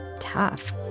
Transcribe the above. tough